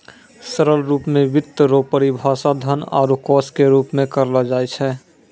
सरल रूप मे वित्त रो परिभाषा धन आरू कोश के रूप मे करलो जाय छै